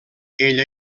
ella